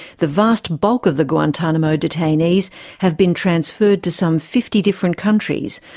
the vast bulk of the guantanamo detainees have been transferred to some fifty different countries,